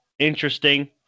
Interesting